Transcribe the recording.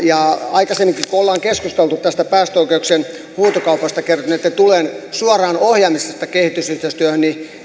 aikaisemminkin ollaan keskusteltu tästä päästöoikeuksien huutokaupasta kertyneitten tulojen ohjaamisesta suoraan kehitysyhteistyöhön